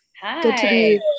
Hi